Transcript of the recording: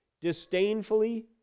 Disdainfully